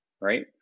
right